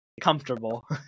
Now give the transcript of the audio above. comfortable